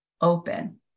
open